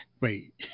wait